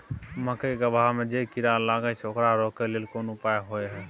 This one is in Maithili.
मकई के गबहा में जे कीरा लागय छै ओकरा रोके लेल कोन उपाय होय है?